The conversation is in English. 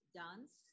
dance